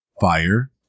fire